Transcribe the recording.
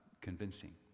convincing